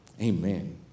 Amen